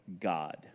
God